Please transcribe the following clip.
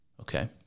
Okay